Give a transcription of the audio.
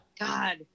God